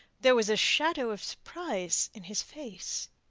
there was a shadow of surprise in his face.